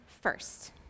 first